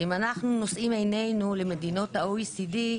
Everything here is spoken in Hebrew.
ואם אנחנו נושאים עינינו למדינות ה-OECD,